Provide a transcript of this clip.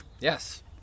Yes